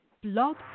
Blog